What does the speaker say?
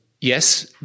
Yes